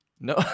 No